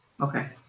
Okay